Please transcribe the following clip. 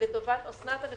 אוסנת מארק,